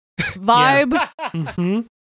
vibe